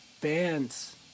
bands